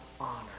honor